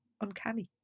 uncanny